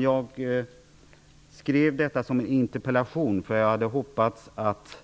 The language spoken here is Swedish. Jag skrev detta som en interpellation, eftersom jag hoppades att